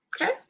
Okay